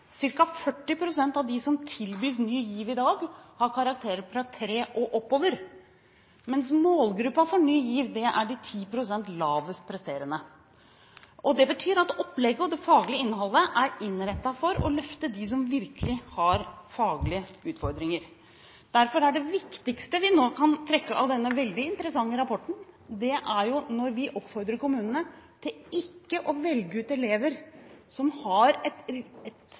40 pst. av dem som tilbys Ny GIV i dag, har karakterer fra 3 og oppover, mens målgruppa for Ny GIV er de 10 pst. lavest presterende. Det betyr at opplegget og det faglige innholdet er innrettet for å løfte dem som virkelig har faglige utfordringer. Derfor er det viktigste vi nå kan trekke ut av denne veldig interessante rapporten, at vi oppfordrer kommunene til ikke å velge ut elever som har et,